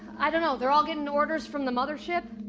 i don't know they're all getting orders from the mothership?